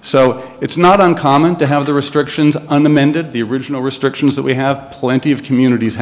so it's not uncommon to have the restrictions and amended the original restrictions that we have plenty of communities